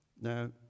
Now